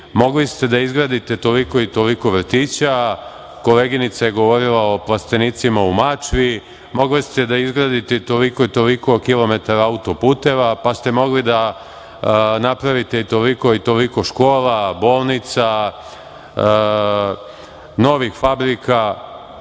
mogli ste da izgradite toliko i toliko vrtića, koleginica je govorila o plastenicima u Mačvi, mogli ste da izgradite toliko i toliko kilometara auto-puteva, pa ste mogli da napravite toliko i toliko škola, bolnica, novih fabrika?